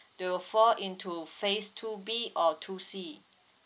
they will fall into phase two B or two C